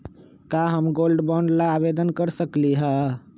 का हम gold bond ला आवेदन कर सकली ह?